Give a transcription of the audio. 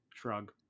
Shrug